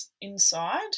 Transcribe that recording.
inside